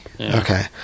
Okay